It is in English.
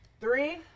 Three